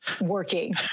working